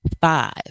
five